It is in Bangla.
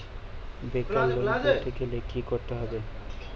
বেকার লোন পেতে গেলে কি করতে হবে?